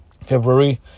february